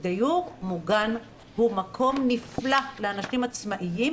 דיור מוגן הוא מקום נפלא לאנשים עצמאיים,